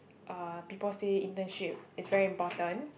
uh people say internship is very important